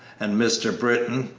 and mr. britton,